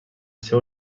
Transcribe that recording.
seu